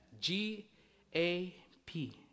G-A-P